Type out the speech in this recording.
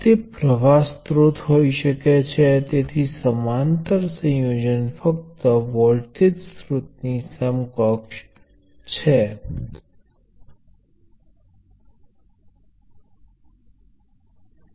તેથી કેટલીકવાર open circuit અથવા શોર્ટ સર્કિટ વિશે આ આત્યંતિક મૂલ્યોવાળા એલિમેન્ટો તરીકે વિચારવું ઉપયોગી છે